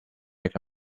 make